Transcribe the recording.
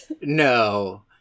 No